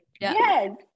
Yes